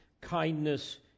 kindness